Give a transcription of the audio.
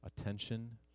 attention